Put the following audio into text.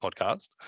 podcast